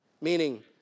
Meaning